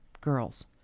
girls